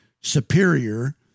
superior